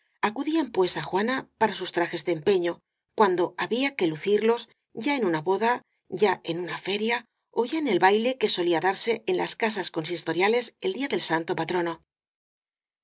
acudían pues á juana para sus trajes de empeño cuando había que lucirlos ya en una boda ya en una feria ó ya en el baile que solía darse en las casas consistoriales el día del santo patrono